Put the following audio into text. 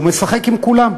הוא משחק עם כולם.